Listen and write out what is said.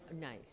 Nice